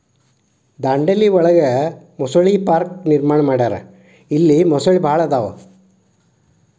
ದಾಂಡೇಲಿ ಒಳಗ ಮೊಸಳೆ ಪಾರ್ಕ ನಿರ್ಮಾಣ ಮಾಡ್ಯಾರ ಇಲ್ಲಿ ಮೊಸಳಿ ಭಾಳ ಅದಾವ